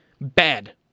bad